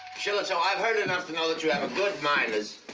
shillitoe, i've heard enough to know that you have a good mind.